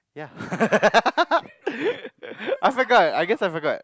yeah I forgot I guess I forgot